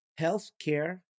healthcare